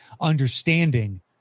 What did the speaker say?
understanding